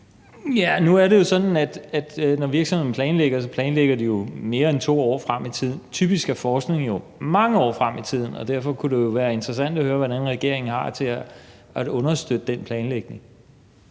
(V): Nu er det jo sådan, at når virksomhederne planlægger, planlægger de mere end 2 år frem i tiden. Typisk gælder det for forskning jo om mange år frem i tiden. Derfor kunne det jo være interessant at høre, hvordan regeringen har tænkt sig at understøtte den planlægning.